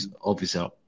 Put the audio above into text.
officer